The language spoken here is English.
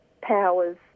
powers